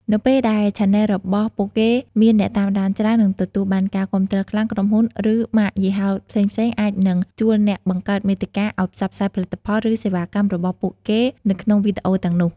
នៅពេលដែលឆានែលរបស់ពួកគេមាន អ្នកតាមដានច្រើន និងទទួលបានការគាំទ្រខ្លាំង ក្រុមហ៊ុន ឬម៉ាកយីហោផ្សេងៗអាចនឹង ជួលអ្នកបង្កើតមាតិកាឲ្យផ្សព្វផ្សាយផលិតផល ឬសេវាកម្ម របស់ពួកគេនៅក្នុងវីដេអូទាំងនោះ។